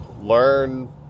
learn